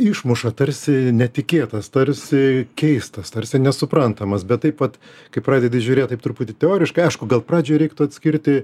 išmuša tarsi netikėtas tarsi keistas tarsi nesuprantamas bet taip pat kai pradedi žiūrėti taip truputį teoriškai aišku gal pradžioj reiktų atskirti